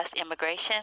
Immigration